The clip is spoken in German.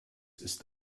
ist